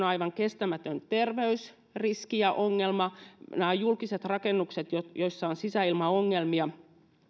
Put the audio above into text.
aivan kestämätön terveysriski ja ongelma näistä julkisista rakennuksista joissa on sisäilmaongelmia joutuvat monet